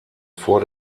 vor